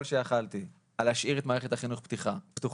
שיכלתי על להשאיר את מערכת החינוך פתוחה,